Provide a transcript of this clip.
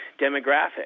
demographic